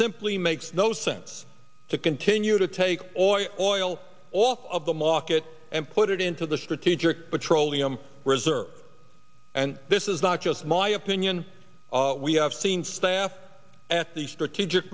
simply makes no sense to continue to take oil off of the market and put it into the strategic petroleum reserve and this is not just my opinion we have seen staff at the strategic